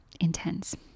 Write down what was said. intense